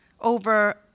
over